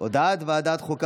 הודעת ועדת החוקה,